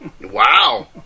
Wow